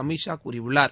அமித்ஷா கூறியுள்ளார்